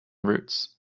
routes